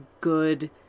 good